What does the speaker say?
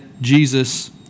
Jesus